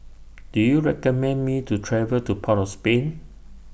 Do YOU recommend Me to travel to Port of Spain